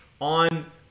on